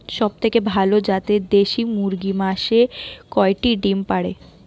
সবথেকে ভালো জাতের দেশি মুরগি মাসে কয়টি ডিম পাড়ে?